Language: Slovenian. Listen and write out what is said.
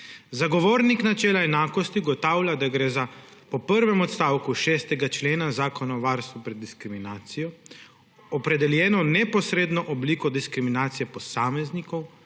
Zagovornik načela enakosti ugotavlja, da gre za po prvem odstavku 6. člena Zakona o varstvu pred diskriminacijo opredeljeno neposredno obliko diskriminacije posameznikov,